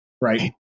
Right